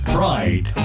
Pride